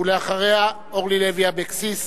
אחריה, אורלי לוי אבקסיס,